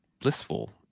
blissful